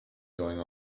going